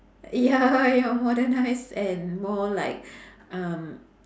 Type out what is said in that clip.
ya ya modernised and more like um